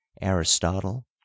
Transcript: Aristotle